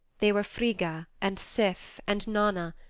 they were frigga and sif and nanna,